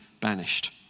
banished